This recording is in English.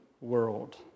world